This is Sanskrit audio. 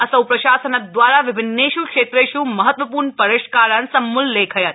असौ प्रशासन द्वारा विभिन्नेष् क्षेत्रेष् महत्व र्ण रिष्कारान् समूल्लेखयत्